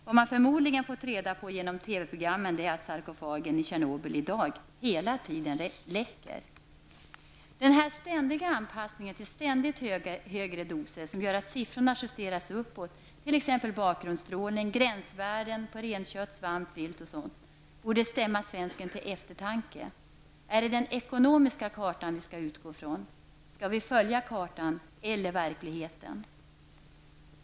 Vad man förmodligen från TV-programmen har fått reda på är att sarkofagen i Tjernobyl i dag hela tiden läcker. Den ständiga anpassningen till ständigt högre doser, som gör att siffrorna för gränsvärden justeras uppåt, t.ex. för bakgrundsstrålning, renkött, svamp, vilt, osv., borde stämma svensken till eftertanke. Är det den ekonomiska kartan som vi skall utgå ifrån? Skall vi följa kartan eller verkligheten?